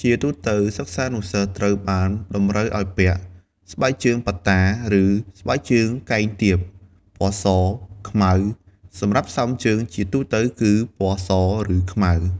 ជាទូទៅសិស្សានុសិស្សត្រូវបានតម្រូវឱ្យពាក់ ស្បែកជើងប៉ាត់តាឬ ស្បែកជើងកែងទាប ពណ៌ស ខ្មៅ សម្រាប់ស្រោមជើងជាទូទៅគឺ ពណ៌ស ឬ ខ្មៅ។